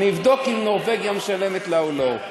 אני אבדוק אם נורבגיה משלמת לה או לא.